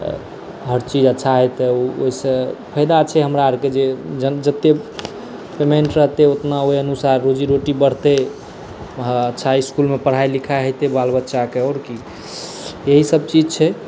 हर चीज अच्छा हेतै ओहिसँ फाइदा छै हमरा आओरके जे जतेक पेमेन्ट रहतै ओतना ओहि अनुसार रोजी रोटी बढ़तै अच्छा इसकुलमे पढ़ाइ लिखाइ हेतै बाल बच्चाके आओर कि इएहसब चीज छै